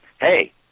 hey